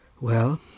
Well